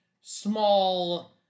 small